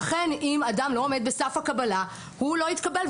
אכן אם אדם לא עומד בסף הקבלה הוא לא יתקבל,